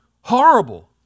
horrible